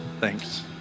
Thanks